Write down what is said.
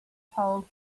told